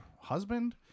husband